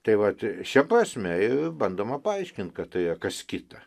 tai vat šia prasme bandoma paaiškint kad tai kas kita